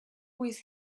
with